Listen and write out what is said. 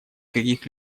каких